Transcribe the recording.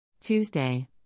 Tuesday